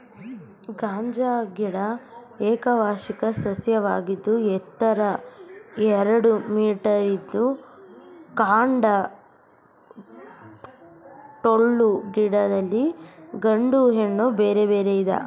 ಗಾಂಜಾ ಗಿಡ ಏಕವಾರ್ಷಿಕ ಸಸ್ಯವಾಗಿದ್ದು ಎತ್ತರ ಎರಡು ಮೀಟರಿದ್ದು ಕಾಂಡ ಟೊಳ್ಳು ಗಿಡದಲ್ಲಿ ಗಂಡು ಹೆಣ್ಣು ಬೇರೆ ಬೇರೆ ಇದೆ